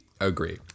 Agree